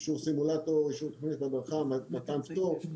אישור סימולטור, אישור תכנית הדרכה, מתן פטור.